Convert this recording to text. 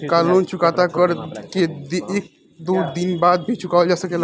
का लोन चुकता कर के एक दो दिन बाद भी चुकावल जा सकेला?